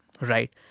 right